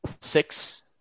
six